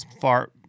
far